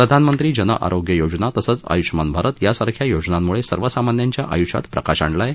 प्रधानमंत्री जनआरोग्य योजना तसंच आयुष्मान भारत सारख्या योजनांमुळे सर्वसामान्यांच्या आयुष्यात प्रकाश आणला आहे